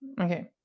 Okay